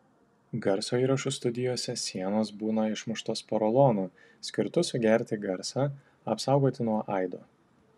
garso įrašų studijose sienos būna išmuštos porolonu skirtu sugerti garsą apsaugoti nuo aido